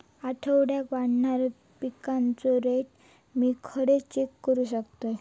आठवड्याक वाढणारो पिकांचो रेट मी खडे चेक करू शकतय?